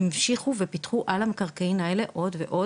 המשיכו ופיתחו על המקרקעין האלה עוד ועוד.